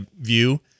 view